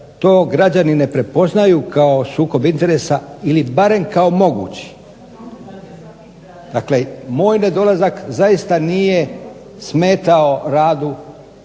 to građani ne prepoznaju kao sukob interesa ili barem kao mogući? Dakle, moj nedolazak zaista nije smetao radu